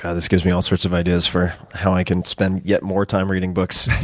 ah this gives me all sorts of ideas for how i can spend yet more time reading books.